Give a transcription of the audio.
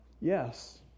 yes